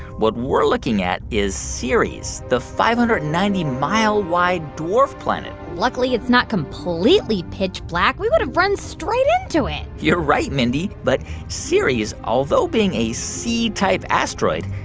what we're looking at is ceres, the five hundred and ninety mile wide dwarf planet luckily, it's not completely pitch-black. we would have run straight into it you're right, mindy. but ceres, although being a c-type asteroid,